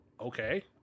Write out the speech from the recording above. okay